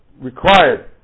required